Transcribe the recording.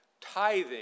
Tithing